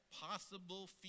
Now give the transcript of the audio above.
possible